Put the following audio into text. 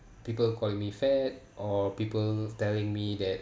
people call me fat or people telling me that